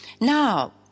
Now